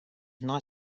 not